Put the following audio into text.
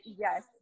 yes